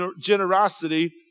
generosity